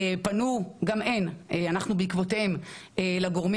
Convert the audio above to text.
פנו גם הן ואנחנו בעקבותיהן לגורמים